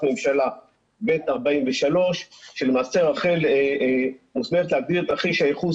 ממשלה ב/43 שלמעשה רח"ל מוסמכת להגדיר את תרחיש הייחוס